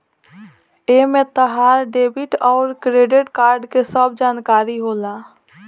एमे तहार डेबिट अउर क्रेडित कार्ड के सब जानकारी होला